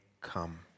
come